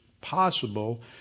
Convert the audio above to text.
possible